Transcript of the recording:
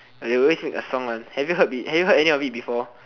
like they always make a song one have you heard have you heard any of it before